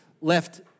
left